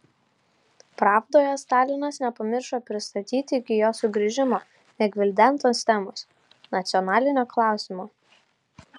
pravdoje stalinas nepamiršo pristatyti iki jo sugrįžimo negvildentos temos nacionalinio klausimo